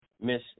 Miss